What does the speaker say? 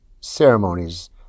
ceremonies